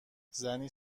زنی